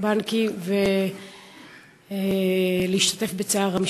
בנקי ולהשתתף בצערה,